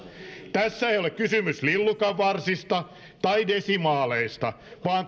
tässä ei ole kysymys lillukanvarsista tai desimaaleista vaan